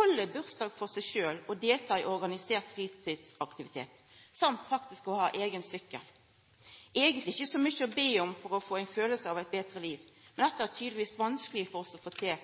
halda bursdag for seg sjølv, delta i organisert fritidsaktivitet og å ha eigen sykkel – eigentleg ikkje så mykje å be om for å få ein følelse av eit betre liv. Men dette er tydelegvis vanskeleg for oss å få til